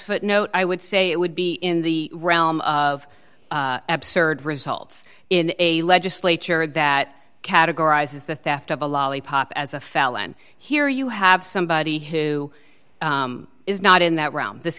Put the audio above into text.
footnote i would say it would be in the realm of absurd results in a legislature that categorizes the theft of a lollipop as a felon here you have somebody who is not in that round this